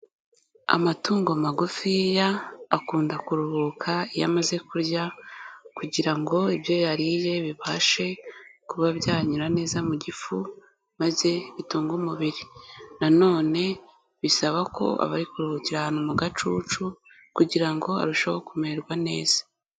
Amatungo magufiya, akunda kuruhuka iyo amaze kurya kugira ngo ibyo yariye bibashe kuba byanyura neza mu gifu maze bitunge umubiri, nanone bisaba ko aba ari kuruhukira ahantu mu gacucu, kugira ngo arusheho kumererwa neza.